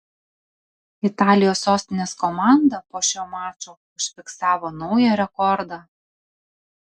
italijos sostinės komanda po šio mačo užfiksavo naują rekordą